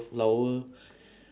flower